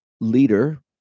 leader